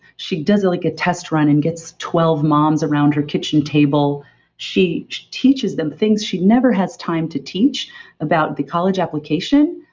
she does it like a test run and gets twelve moms around her kitchen table she teaches them things she never has time to teach about the college application.